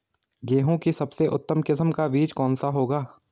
गेहूँ की सबसे उत्तम किस्म का बीज कौन सा होगा?